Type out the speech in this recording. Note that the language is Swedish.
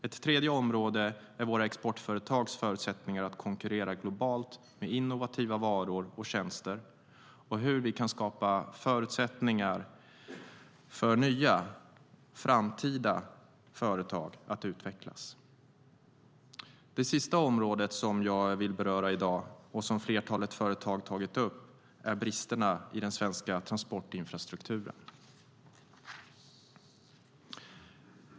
Ett tredje område är våra exportföretags förutsättningar att konkurrera globalt med innovativa varor och tjänster och hur vi kan skapa förutsättningar för nya, framtida företag att utvecklas. Det sista område som jag vill beröra i dag och som flertalet företag tagit upp är bristerna i den svenska transportinfrastrukturen.